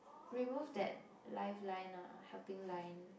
remove that lifeline ah helping line